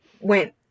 went